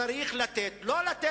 לא היה צריך לתת לרשות